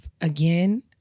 again